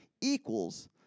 equals